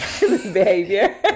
behavior